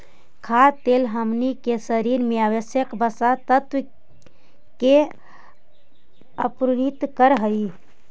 खाद्य तेल हमनी के शरीर में आवश्यक वसा तत्व के आपूर्ति करऽ हइ